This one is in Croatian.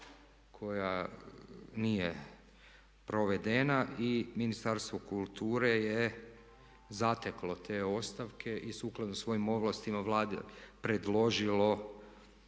koja nije provedena. I Ministarstvo kulture je zateklo te ostavke i sukladno svojim ovlastima Vladi predložilo